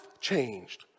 changed